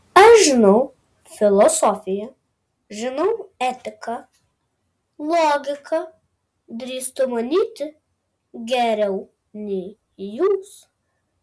aš žinau filosofiją žinau etiką logiką drįstu manyti geriau nei jūs